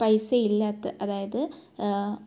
പൈസ ഇല്ലാത്ത അതായത്